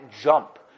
jump